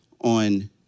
on